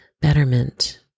betterment